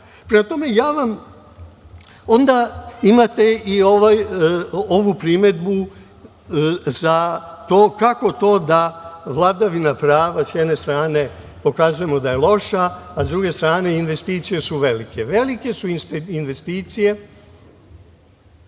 tome, onda imate i ovu primedbu za to kako to da vladavina prava sa jedne strane pokazujemo da je loša, a sa druge strane investicije su velike. Velike su strane